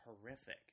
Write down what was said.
horrific